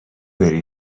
بری